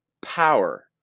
Power